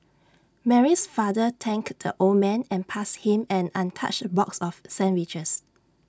Mary's father thanked the old man and passed him an untouched box of sandwiches